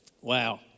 wow